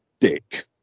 dick